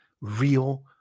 real